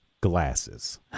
glasses